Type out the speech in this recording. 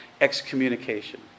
excommunication